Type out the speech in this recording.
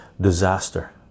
Disaster